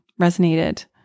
resonated